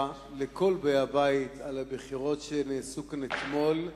לכל באי הבית על הבחירות שנעשו כאן אתמול.